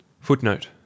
Footnote